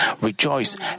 rejoice